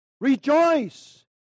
Rejoice